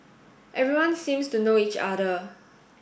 everyone seems to know each other